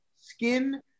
skin